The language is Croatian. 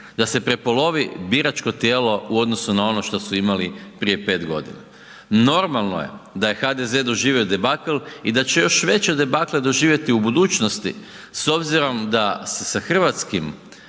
da se prepolovi biračko tijelo u odnosu na ono što su imali prije 5 godina. Normalno je da je HDZ doživio debakl i da će još veće debakle doživjeti u budućnosti s obzirom da se sa hrvatskim